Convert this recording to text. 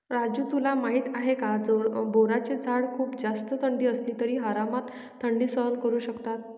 राजू तुला माहिती आहे का? बोराचे झाड खूप जास्त थंडी असली तरी आरामात थंडी सहन करू शकतात